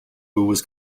was